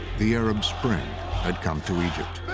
the arab spring had come to egypt.